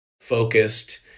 focused